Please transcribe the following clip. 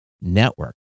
network